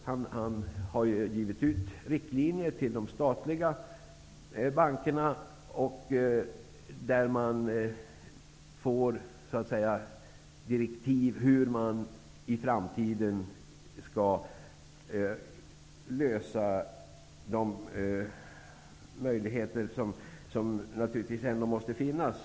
Bo Lundgren har utfärdat riktlinjer till de statliga bankerna, som består av direktiv om hur man i framtiden skall göra det möjligt att ge chefer en viss trygghet, en möjlighet som ändå måste finnas.